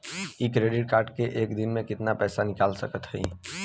इ debit card से एक दिन मे कितना पैसा निकाल सकत हई?